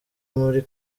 muri